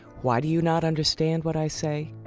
why do you not understand what i say?